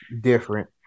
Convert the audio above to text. different